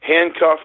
handcuffed